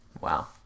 Wow